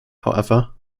however